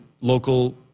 local